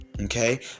Okay